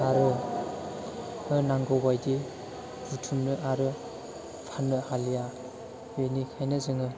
आरो नांगौबादि बुथुमनो आरो फाननो हालिया बेनिखायनो जोङो